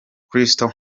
crystal